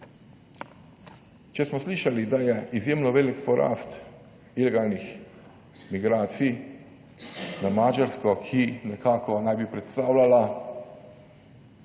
Če smo slišali, da je izjemno velik porast ilegalnih migracij na Madžarsko, ki naj bi predstavljala